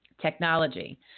technology